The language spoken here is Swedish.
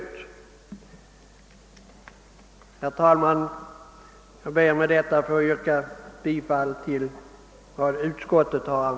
Herr talman! Jag ber med detta att få yrka bifall till utskottets hemställan.